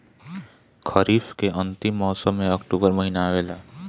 खरीफ़ के अंतिम मौसम में अक्टूबर महीना आवेला?